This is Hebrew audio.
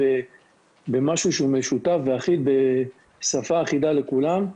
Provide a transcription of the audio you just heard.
במשהו שהוא משותף והוא בשפה אחידה לכולם.